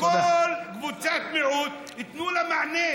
כל קבוצת מיעוט, תנו לה מענה.